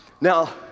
Now